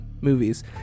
movies